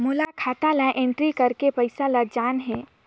मोला खाता ला एंट्री करेके पइसा ला जान हे?